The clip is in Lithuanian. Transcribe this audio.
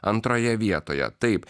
antroje vietoje taip